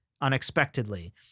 unexpectedly